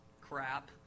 crap